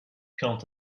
quant